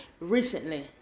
recently